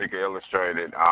illustrated